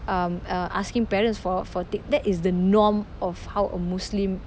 um uh asking parents for for take that is the norm of how a muslim